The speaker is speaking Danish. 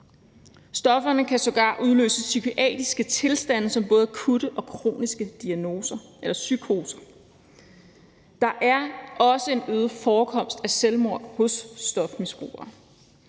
Stofferne kan sågar udløse psykiatriske tilstande som både akutte og kroniske psykoser. Der er også en øget forekomst af selvmord hos stofmisbrugere.